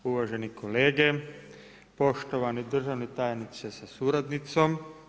Uvažene kolege, poštovani državni tajniče sa suradnicom.